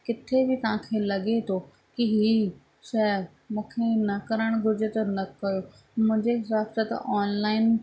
किथे बि तव्हांखे लॻे थो की हीअ मूंखे न करणु घुरिजे त न कयो मुंहिंजे हिसाब सां तव्हां ऑनलाइन